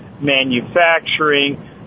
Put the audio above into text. manufacturing